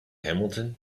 hamilton